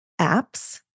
apps